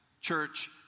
church